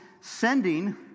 sending